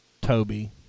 Toby